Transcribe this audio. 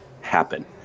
happen